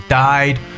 died